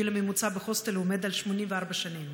הגיל הממוצע בהוסטל עומד על 84 שנים.